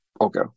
Okay